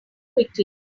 quickly